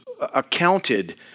accounted